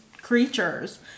creatures